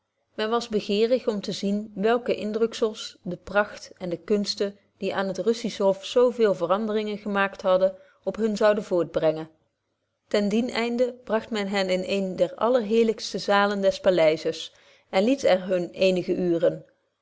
men was begeerig om te zien welke indrukzels de pracht en de kunsten betje wolff proeve over de opvoeding die aan het russisch hof zo veele veranderingen gemaakt hadden op hun zouden voortbrengen ten dien einde bragt men hen in eene der allerheerlykste zalen des paleises en liet er hun eenige uuren